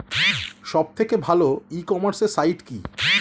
সব থেকে ভালো ই কমার্সে সাইট কী?